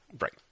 Right